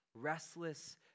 restless